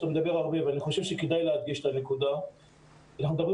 כדאי להדגיש את הנקודה שאנחנו מדברים